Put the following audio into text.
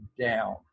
down